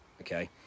Okay